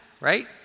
right